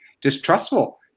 distrustful